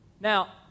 Now